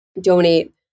donate